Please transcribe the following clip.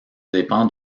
dépend